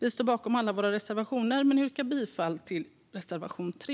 Vi står bakom alla våra reservationer, men jag yrkar bifall till reservation 3.